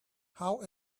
how